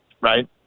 Right